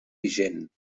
vigent